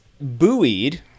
buoyed